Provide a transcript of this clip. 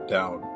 down